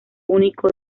único